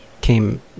came